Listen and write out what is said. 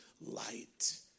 light